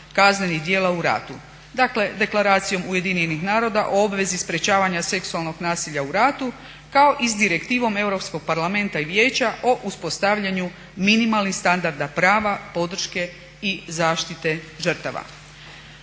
kaznenih djela u ratu. Dakle Deklaracijom Ujedinjenih naroda o obvezi sprječavanja seksualnog nasilja u ratu kao i sa direktivom Europskog parlamenta i Vijeća o uspostavljanju minimalnih standarda prava, podrške i zaštite žrtava.